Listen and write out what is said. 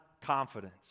confidence